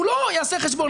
הוא לא יעשה חשבון,